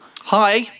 Hi